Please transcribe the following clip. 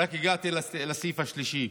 רק הגעתי לסעיף השלישי.